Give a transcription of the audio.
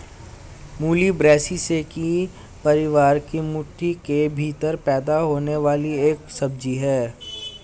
मूली ब्रैसिसेकी परिवार की मिट्टी के भीतर पैदा होने वाली एक सब्जी है